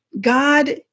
God